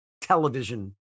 television